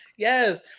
Yes